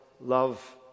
love